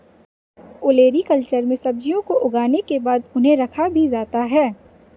olericulture में सब्जियों को उगाने के बाद उन्हें रखा भी जाता है